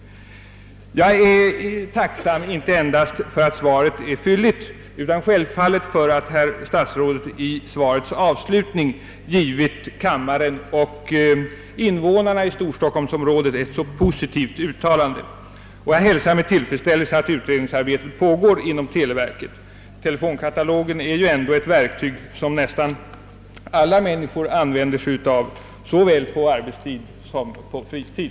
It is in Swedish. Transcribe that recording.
Jag är tacksam inte endast för att svaret är fylligt utan självfallet också för att herr statsrådet i svarets avslutning givit kammaren och invånarna i storstockholmsområdet ett så positivt uttalande. Jag hälsar med tillfredsställelse att utredningsarbetet pågår inom televerket. Telefonkatalogen är ändå ett verktyg som nästan alla människor utnyttjar såväl på arbetstid som på fritid.